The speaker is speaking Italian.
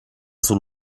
sul